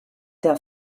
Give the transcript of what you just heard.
der